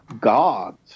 God